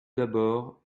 d’abord